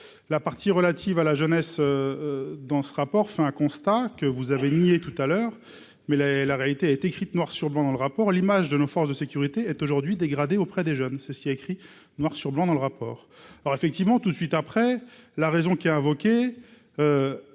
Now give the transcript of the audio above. la partie relative à la jeunesse dans ce rapport fait un constat que vous avez nié tout à l'heure, mais la, la réalité est écrite noir sur blanc dans le rapport, l'image de nos forces de sécurité est aujourd'hui dégradée auprès des jeunes, c'est ce qui est écrit noir sur blanc dans le rapport, alors effectivement tout de suite après la raison qui a invoquée,